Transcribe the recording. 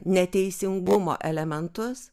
neteisingumo elementus